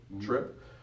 trip